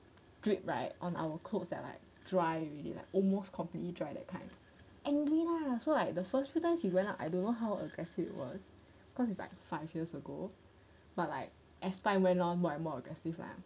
drip right on our clothes that are like dry already like almost completely dry that kind angry lah so like the first few times he went up I don't know how aggressive he was cause it's like five years ago but like as time went on more and more aggressive lah